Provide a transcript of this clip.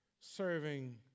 serving